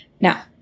Now